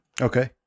Okay